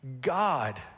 God